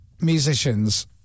musicians